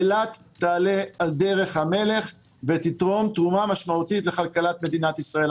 אילת תעלה על דרך המלך ותתרום תרומה משמעותית לכלכלת מדינת ישראל.